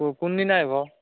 কোনদিনা আহিব